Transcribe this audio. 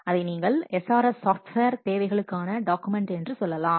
அதை நீங்கள் SRS software தேவைகளுக்கான டாக்குமெண்ட் என்று சொல்லலாம்